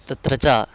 तत्र च